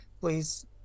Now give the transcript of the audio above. please